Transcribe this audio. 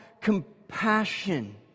compassion